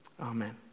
amen